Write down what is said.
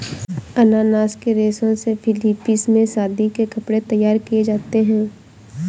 अनानास के रेशे से फिलीपींस में शादी के कपड़े तैयार किए जाते हैं